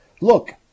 look